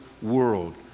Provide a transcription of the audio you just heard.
world